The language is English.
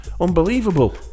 Unbelievable